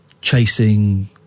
chasing